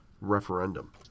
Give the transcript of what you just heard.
referendum